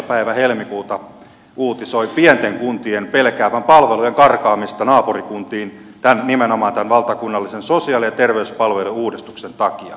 päivä helmikuuta uutisoi pienten kuntien pelkäävän palvelujen karkaamista naapurikuntiin nimenomaan tämän valtakunnallisen sosiaali ja terveyspalvelujen uudistuksen takia